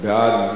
מי בעד?